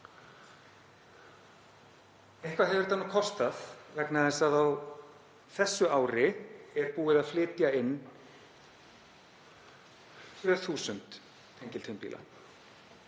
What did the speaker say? Eitthvað hefur þetta nú kostað vegna þess að á þessu ári er búið að flytja inn 2.000 tengiltvinnbíla.